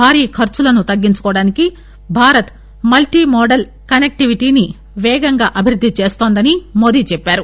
భారీ ఖర్చులను తగ్గించుకోవడానికి భారత్ మల్టీమోడల్ కనెక్టివిటీని పేగంగా అభివృద్ది చేస్తోందని మోదీ చెప్పారు